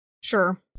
sure